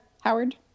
Howard